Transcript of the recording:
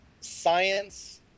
science